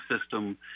system